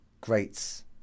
greats